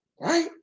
right